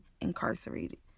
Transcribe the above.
incarcerated